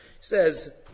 says